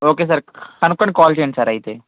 okay sir కనుక్కొని call చేయండి sir అయితే